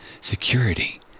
security